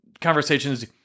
conversations